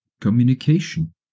Communication